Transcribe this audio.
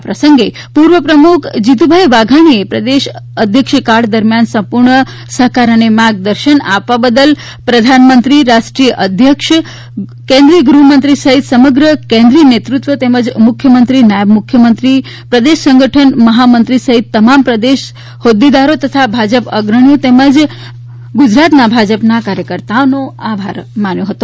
આ પ્રસંગે પૂર્વ પ્રમુખ જીતુભાઈ વાઘાણીએ પ્રદેશ અધ્યક્ષકાળ દરમિયાન સાથ સહકાર અને માર્ગદર્શન આપવા બદલ પ્રધાનમંત્રી રાષ્ટ્રીય અધ્યક્ષ કેન્દ્રિય ગૃહ મંત્રી સહિત સમગ્ર કેન્દ્રીય નેતૃત્વ તેમજ મુખ્યમંત્રી નાયબ મુખ્યમંત્રી પ્રદેશ સંગઠન મહામંત્રી સહિત તમામ પ્રદેશ હોદ્દેદારશ્રીઓ ભાજપા અગ્રણીશ્રીઓ તેમજ ગુજરાત ભાજપાના પ્રત્યેક કાર્યકર્તાનો આભાર કર્યો હતો